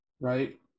Right